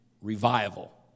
revival